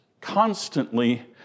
constantly